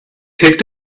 picked